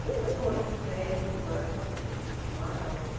the porter surveyed his work with a pleased smile.